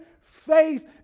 faith